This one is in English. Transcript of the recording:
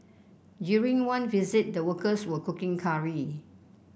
during one visit the workers were cooking curry